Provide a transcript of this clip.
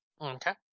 Okay